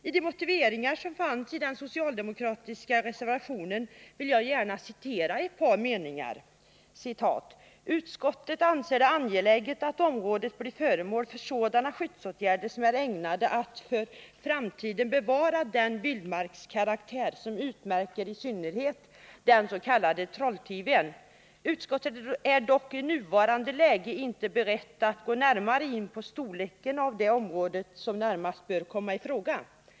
Ur de motiveringar som fanns i den socialdemokratiska reservationen vill jag här citera ett par meningar: ”Utskottet anser det angeläget att området blir föremål för sådana skyddsåtgärder som är ägnade att för framtiden bevara den vildmarkskaraktär som utmärker i synnerhet den s.k. Trolltiven. Utskottet är dock i nuvarande läge inte berett att gå närmare in på storleken av det område som närmast bör komma i fråga.